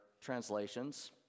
translations